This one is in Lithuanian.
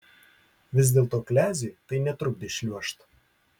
vis dėlto kleziui tai netrukdė šliuožt